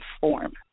form